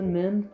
men